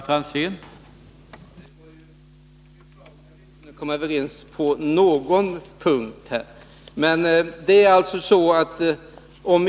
Herr talman! Det var beklagligt att vi inte kunde komma överens på någon punkt.